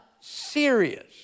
serious